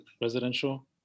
residential